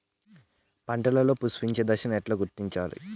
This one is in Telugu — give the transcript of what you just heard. పంటలలో పుష్పించే దశను ఎట్లా గుర్తించాలి?